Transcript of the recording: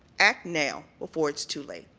act now before it's too late.